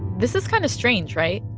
this is kind of strange, right?